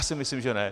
Já si myslím že ne.